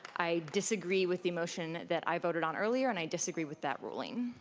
i disagree with the motion that i voted on earlier and i disagree with that ruling.